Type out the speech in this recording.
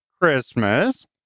Christmas